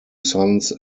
sons